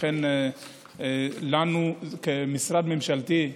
אנחנו כמשרד ממשלתי,